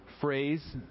phrase